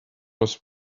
was